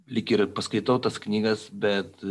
lyg ir paskaitau tas knygas bet